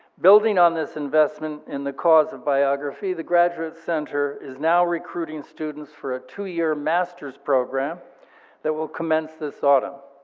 building on this investment in the cause of biography, the graduate center is now recruiting students for a two year masters program that will commence this autumn.